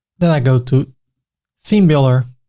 then i go to theme builder,